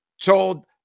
told